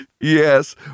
Yes